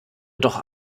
doch